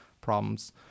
problems